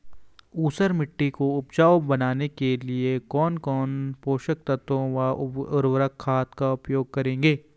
ऊसर मिट्टी को उपजाऊ बनाने के लिए कौन कौन पोषक तत्वों व उर्वरक खाद का उपयोग करेंगे?